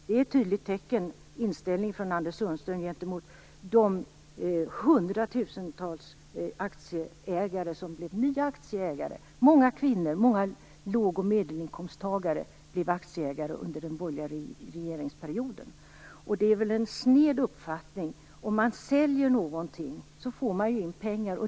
Det är tydligt vilken inställning Anders Sundström har gentemot de hundratusentals människor som blev nya aktieägare - många kvinnor och många låg och medelinkomsttagare - under den borgerliga regeringsperioden. Anders Sundström visar en sned uppfattning. Om man säljer någonting får man in pengar.